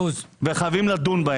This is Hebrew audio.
חייבים לדון בהם.